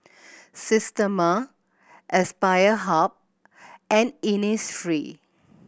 Systema Aspire Hub and Innisfree